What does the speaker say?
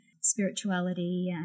spirituality